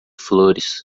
flores